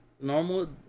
normal